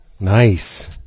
Nice